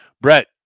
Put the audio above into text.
Brett